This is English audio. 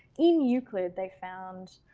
in euclid, they found,